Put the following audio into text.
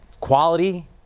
quality